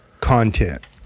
content